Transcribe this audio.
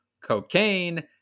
cocaine